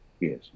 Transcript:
Yes